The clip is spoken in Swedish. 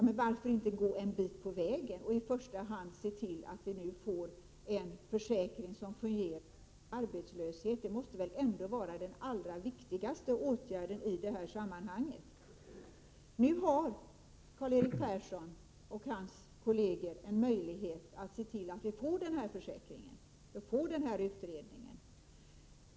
Men varför inte gå en bit på vägen och se till att vi nu i första hand får en försäkring som fungerar vid arbetslöshet — det måste väl ändå vara den allra viktigaste åtgärden i det här sammanhanget? Nu har Karl-Erik Persson och hans kolleger en möjlighet att se till att vi får till stånd den här utredningen.